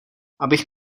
abych